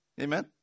Amen